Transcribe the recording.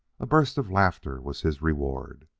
a burst of laughter was his reward.